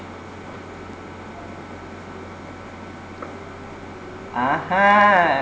ah ha